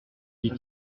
dit